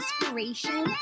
inspiration